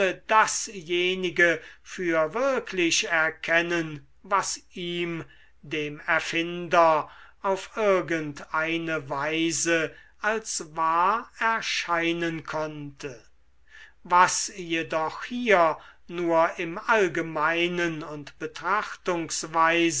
dasjenige für wirklich erkennen was ihm dem erfinder auf irgend eine weise als wahr erscheinen konnte was jedoch hier nur im allgemeinen und betrachtungsweise